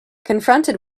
confronted